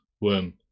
worm